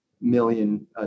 million